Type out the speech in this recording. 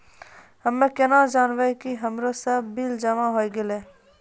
हम्मे केना जानबै कि हमरो सब बिल जमा होय गैलै?